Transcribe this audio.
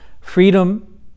freedom